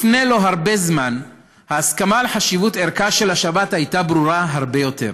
לפני לא הרבה זמן ההסכמה על חשיבות ערכה של השבת הייתה ברורה הרבה יותר.